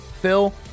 phil